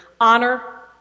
Honor